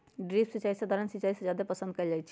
drip सिंचाई सधारण सिंचाई से जादे पसंद कएल जाई छई